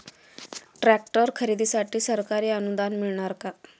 Tractor खरेदीसाठी सरकारी अनुदान मिळणार का?